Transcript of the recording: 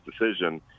decision